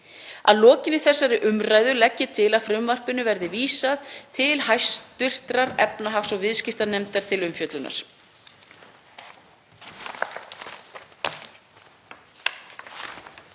Að lokinni þessari umræðu legg ég til að frumvarpinu verði vísað til hæstv. efnahags- og viðskiptanefndar til umfjöllunar.